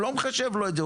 הוא לא מחשב לו את זה,